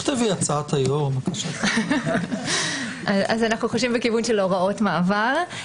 אנחנו חושבים בכיוון של הוראות מעבר.